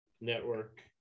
Network